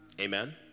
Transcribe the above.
Amen